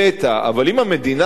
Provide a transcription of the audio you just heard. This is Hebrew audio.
אבל אם המדינה תחליט,